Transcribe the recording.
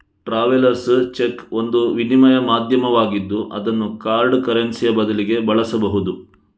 travellers cheque ಒಂದು ವಿನಿಮಯ ಮಾಧ್ಯಮವಾಗಿದ್ದು ಅದನ್ನು ಹಾರ್ಡ್ ಕರೆನ್ಸಿಯ ಬದಲಿಗೆ ಬಳಸಬಹುದು